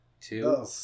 Two